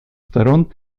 сторон